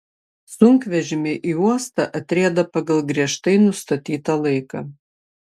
sunkvežimiai į uostą atrieda pagal griežtai nustatytą laiką